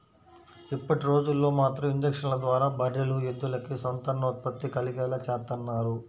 ఇప్పటిరోజుల్లో మాత్రం ఇంజక్షన్ల ద్వారా బర్రెలు, ఎద్దులకి సంతానోత్పత్తి కలిగేలా చేత్తన్నారు